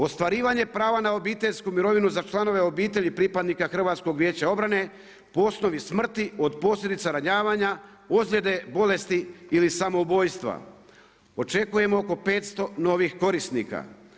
Ostvarivanje prava na obiteljsku mirovinu za članove obitelji HVO-a po osnovi smrti od posljedica ranjavanja, ozljede, bolesti ili samoubojstva očekujemo oko 500 novih korisnika.